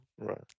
Right